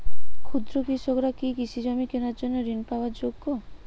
ক্ষুদ্র কৃষকরা কি কৃষিজমি কেনার জন্য ঋণ পাওয়ার যোগ্য?